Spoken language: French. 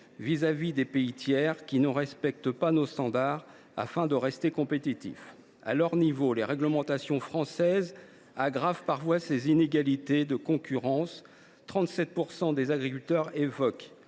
vis à vis des pays tiers qui ne respectent pas nos standards afin de rester compétitifs. À leur niveau, les réglementations françaises aggravent parfois ces inégalités de concurrence. Ainsi, 37 % des agriculteurs évoquent